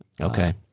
Okay